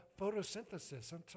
photosynthesis